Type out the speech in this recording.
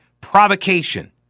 provocation